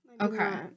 Okay